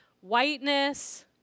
whiteness